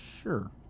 Sure